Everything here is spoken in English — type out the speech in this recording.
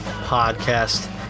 podcast